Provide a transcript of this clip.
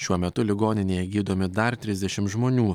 šiuo metu ligoninėje gydomi dar trisdešimt žmonių